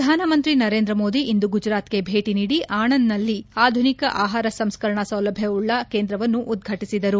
ಪ್ರಧಾನಮಂತ್ರಿ ನರೇಂದ್ರ ಮೋದಿ ಇಂದು ಗುಜರಾತ್ಗೆ ಭೇಟಿ ನೀದಿ ಆನಂದ್ನಲ್ಲಿ ಆಧುನಿಕ ಆಹಾರ ಸಂಸ್ಕರಣ ಸೌಲಭ್ಯಗಳುಳ್ಳ ಕೇಂದ್ರವನ್ನು ಉದ್ಘಾಟಿಸಿದರು